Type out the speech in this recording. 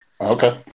Okay